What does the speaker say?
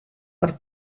per